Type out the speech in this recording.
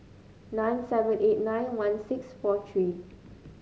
nine seven eight nine one six four three